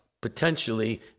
potentially